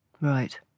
Right